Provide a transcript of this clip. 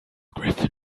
griffin